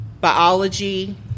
biology